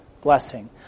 blessing